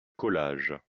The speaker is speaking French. collage